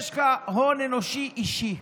יש לך הון אנושי אישי,